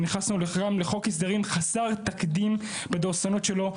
ונכנסנו לחוק הסדרים חסר תקדים בדורסנות שלו.